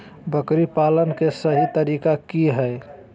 बकरी पालन के सही तरीका की हय?